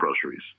groceries